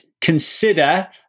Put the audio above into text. consider